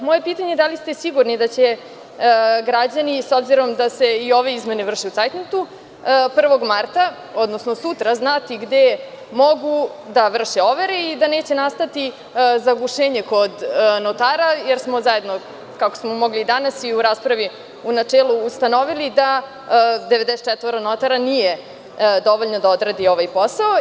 Moje pitanje je - da li ste sigurni da će građani, s obzirom da se i ove izmene vrše u cajtnotu, 1. marta, odnosno sutra znati gde mogu da vrše overe i da neće nastati zagušenje kod notara, jer smo zajedno, kako smo danas i u raspravi u načelu ustanovili, da 94 notara nije dovoljno da odradi ovaj posao?